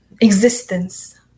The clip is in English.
existence